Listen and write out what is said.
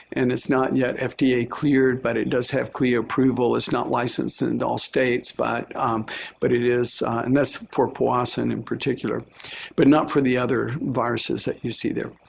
and it's not yet fda-cleared, but it does have clear approval. it's not licensed in and all states but but it is and that's for powassan in particular but not for the other viruses that you see there.